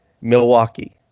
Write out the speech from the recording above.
milwaukee